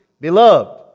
Beloved